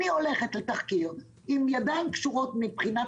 אני הולכת לתחקיר עם ידיים קשורות מבחינת